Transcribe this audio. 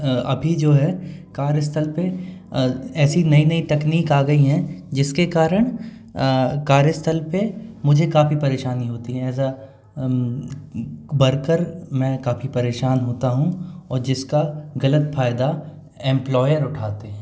अभी जो है कार्य स्थल पे ऐसी नई नई तकनीक आ गई हैं जिसके कारण कार्य स्थल पे मुझे काफ़ी परेशानी होती है ऐज़ ए वर्कर मैं काफ़ी परेशान होता हूँ और जिसका गलत फायदा एम्प्लॉयर उठाते हैं